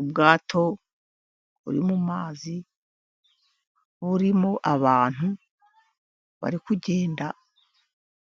Ubwato buri mu mazi burimo abantu bari kugenda